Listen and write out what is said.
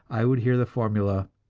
i would hear the formula,